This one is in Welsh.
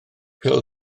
pêl